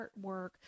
artwork